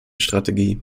strategie